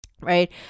Right